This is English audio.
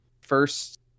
first